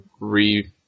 re